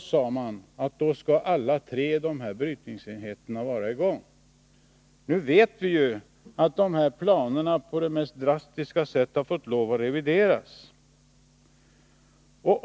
sade man att alla de här tre brytningsenheterna då skall vara i gång. Nu vet vi att dessa planer på det mest drastiska sätt har fått lov att revideras.